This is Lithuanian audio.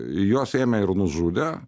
juos ėmė ir nužudė